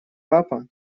папа